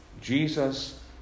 Jesus